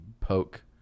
poke